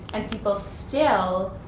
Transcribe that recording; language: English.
and people still.